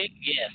Yes